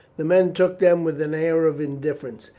the men took them with an air of indifference.